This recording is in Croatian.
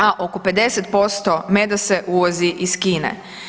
A oko 50% meda se uvozi iz Kine.